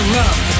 love